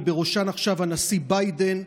ובראשן עכשיו הנשיא ביידן,